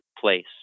place